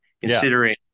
considering